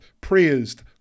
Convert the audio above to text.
praised